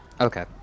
Okay